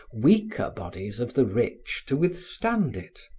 weaker bodies of the rich to withstand it.